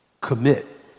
commit